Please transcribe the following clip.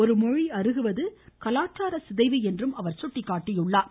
ஒரு மொழி அருகுவது கலாச்சார சிதைவு என்று அவர் சுட்டிக்காட்டினார்